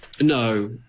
No